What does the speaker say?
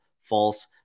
false